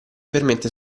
permette